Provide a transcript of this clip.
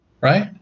right